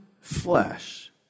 flesh